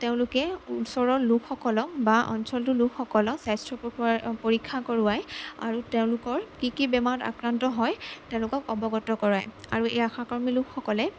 তেওঁলোকে ওচৰৰ লোকসকলক বা অঞ্চলটোৰ লোকসকলক স্বাস্থ্য পৰীক্ষা কৰোৱায় আৰু তেওঁলোকৰ কি কি বেমাৰত আক্ৰান্ত হয় তেওঁলোকক অৱগত কৰায় আৰু এই আশাকৰ্মী লোকসকলে